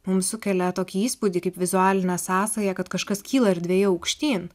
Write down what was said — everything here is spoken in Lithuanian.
mums sukelia tokį įspūdį kaip vizualinę sąsają kad kažkas kyla erdvėje aukštyn